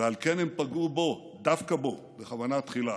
ועל כן הם פגעו בו, דווקא בו, בכוונה תחילה.